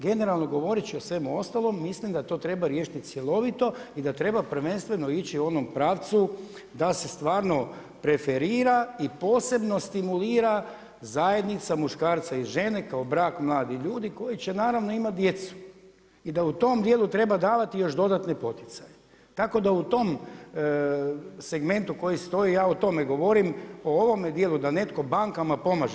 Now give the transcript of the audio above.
Generalno govoreći o svemu ostalom, mislim da to treba riješiti cjelovito i da treba prvenstveno ići u onom pravcu da se stvarno preferira i posebno stimulira zajednica muškarca i žene kao brak mladih ljudi koji će naravno imati djecu i da u tom dijelu treba davati još dodatne poticaje, tako da u tom segmentu koji stoji, ja o tome govorim u ovome dijelu, da netko bankama pomaže.